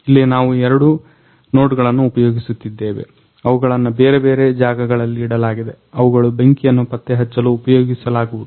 ಇಲ್ಲಿ ನಾವು ಎರಡು ನೋಡ್ಗಳನ್ನ ಉಪಯೋಗಿಸುತ್ತಿದ್ದೇವೆ ಅವುಗಳನ್ನು ಬೇರೆಬೇರೆ ಜಾಗಗಳಲ್ಲಿ ಇಡಲಾಗಿದೆ ಅವುಗಳು ಬೆಂಕಿಯನ್ನ ಪತ್ತೆಹಚ್ಚಲು ಉಪಯೋಗಿಸಲಾಗುವುದು